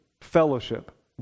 fellowship